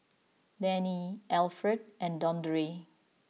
Dayne Alfred and Dondre